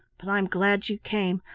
but i'm glad you came.